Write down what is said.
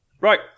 Right